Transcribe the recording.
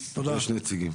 יש נציגים.